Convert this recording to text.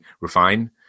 refine